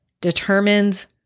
determines